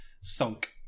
sunk